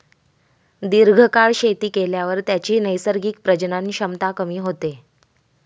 दीर्घकाळ शेती केल्यावर त्याची नैसर्गिक प्रजनन क्षमता कमी होते